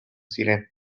ziren